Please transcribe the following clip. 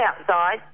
outside